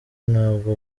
ntabwo